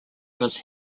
was